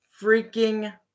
freaking